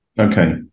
Okay